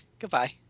Goodbye